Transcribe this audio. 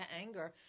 anger